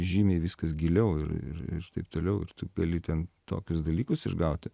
žymiai viskas giliau ir ir ir taip toliau ir tu gali ten tokius dalykus išgauti